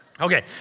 Okay